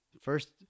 first